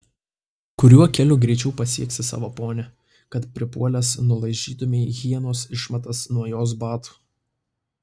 kuriuo keliu greičiau pasieksi savo ponią kad pripuolęs nulaižytumei hienos išmatas nuo jos batų